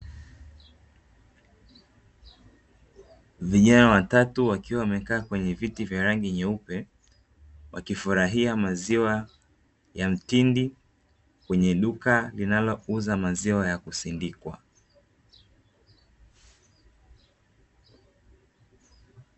Vijana watatu wakiwa wamekaa kwenye viti vya rangi nyeupe, wakifurahia maziwa ya mtindi kwenye duka linalouza maziwa ya kusindikwa.